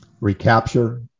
recapture